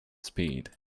speed